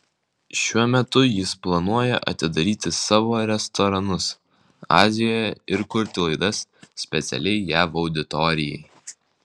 šiuo metu jis planuoja atidaryti savo restoranus azijoje ir kurti laidas specialiai jav auditorijai